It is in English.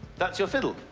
that's your fiddle?